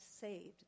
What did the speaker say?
saved